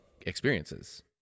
experiences